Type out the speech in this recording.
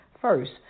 first